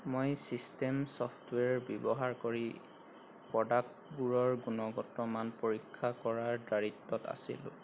মই system software ব্যৱহাৰ কৰি প্ৰডাক্টবোৰৰ গুণগত মান পৰীক্ষা কৰাৰ দায়িত্বত আছিলোঁ